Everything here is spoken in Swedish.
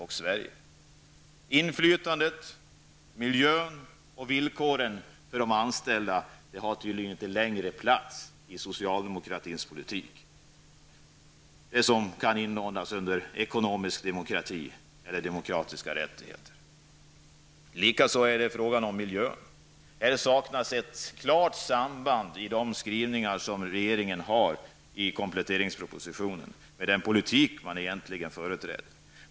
det som kan inordnas under begreppen ekonomisk demokrati och demokratiska rättigheter -- har tydligen inte längre någon plats i socialdemokratins politik. Likadant är det med miljön. Här saknas ett klart samband i de skrivningar som regeringen har i kompletteringspropositionen med den politik man egentligen företräder.